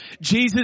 Jesus